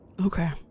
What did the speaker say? Okay